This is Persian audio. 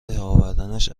اوردنش